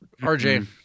RJ